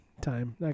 time